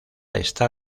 está